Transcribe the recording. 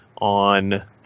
on